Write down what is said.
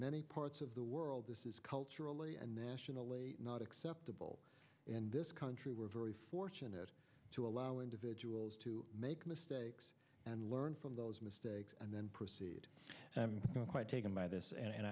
many parts of the world this is culturally and nationally not acceptable in this country we're very fortunate to allow individuals to make mistakes and learn from those mistakes and then proceed quite taken by this and